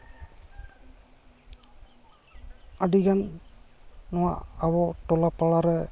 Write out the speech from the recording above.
ᱟᱹᱰᱤ ᱜᱟᱱ ᱱᱚᱣᱟ ᱟᱵᱚ ᱴᱚᱞᱟ ᱯᱟᱲᱟ ᱨᱮ